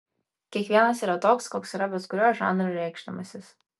kiekvienas yra toks koks yra bet kuriuo žanru reikšdamasis